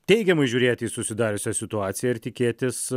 teigiamai žiūrėti į susidariusią situaciją ir tikėtis